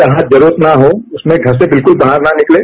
जहां जरूरत न हो उस समय घर से बिल्कुल बाहर न निकलें